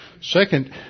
Second